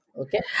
Okay